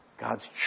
God's